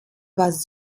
was